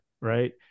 right